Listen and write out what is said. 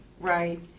Right